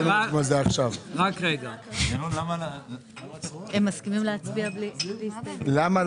הם מסכימים להצביע בלי הסתייגויות?